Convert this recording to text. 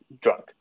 drunk